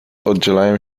oddzielają